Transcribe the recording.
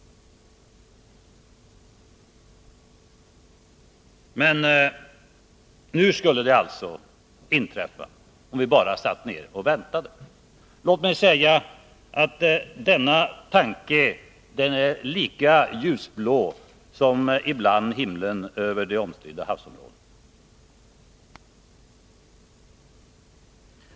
Men nu skulle det alltså inträffa, om vi satte oss ned och väntade. Låt mig säga att denna tanke är lika ljusblå som ibland himlen över det omstridda havsområdet.